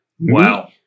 Wow